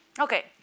Okay